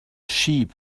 sheep